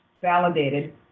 Validated